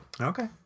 Okay